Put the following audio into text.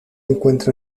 encuentra